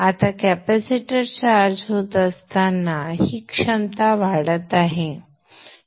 आता capacitor charge होत असताना ही क्षमता वाढत आहे